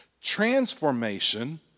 Transformation